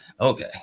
Okay